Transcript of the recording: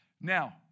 Now